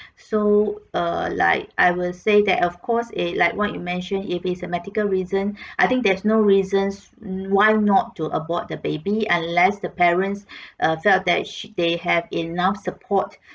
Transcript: so err like I will say that of course uh like what you mentioned if is a medical reason I think there's no reasons why not to abort the baby unless the parents uh felt that they have enough support